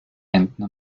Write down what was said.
enten